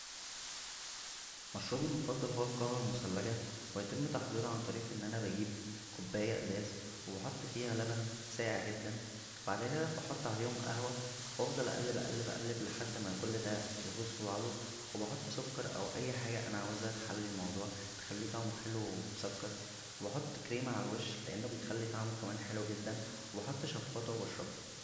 مشروبى المفضل هو القهوه المثلجه و يتم تحضيرها عن طريق ان انا بجيب كوبايه ازاز وبحط فيها لبن ساقع جدا بعد كدا بحط عليهم قهوه و افضل اقلب اقلب اقلب لحد ا كل دا يغوص فبعضه و بحط سكر او اى حاجه انا عايزها تحلى الموضوع تخلى طعمه حلو ومسكر و بحط كريمه عالوش لان بيخلى طعمه كمان حلو جدا و بحط شفاطه وبشربه